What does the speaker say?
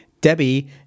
Debbie